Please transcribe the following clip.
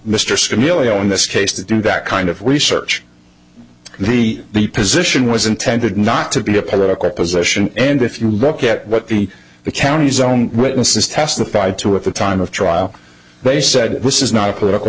on this case to do that kind of research the the position was intended not to be a political position and if you look at what the county's own witnesses testified to at the time of trial they said this is not a political